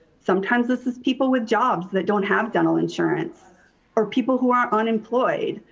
sometimes this is people with jobs that don't have dental insurance or people who are unemployed,